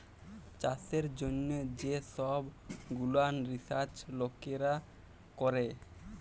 চাষের জ্যনহ যে সহব গুলান রিসাচ লকেরা ক্যরে